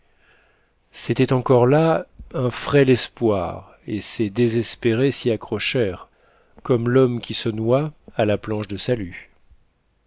c'était encore là un frêle espoir et ces désespérés s'y accrochèrent comme l'homme qui se noie à la planche de salut